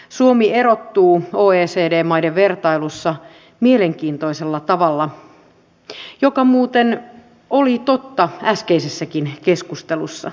suomi erottuu oecd maiden vertailussa mielenkiintoisella tavalla mikä muuten oli totta äskeisessäkin keskustelussa